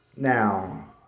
Now